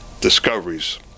discoveries